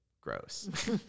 gross